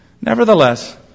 Nevertheless